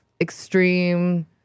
extreme